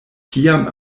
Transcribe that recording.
tiam